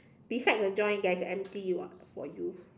beside the joints there's empty [what] for you